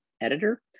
editor